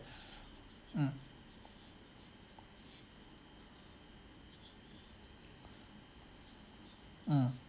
mm mm